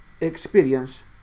experience